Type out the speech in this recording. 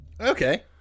Okay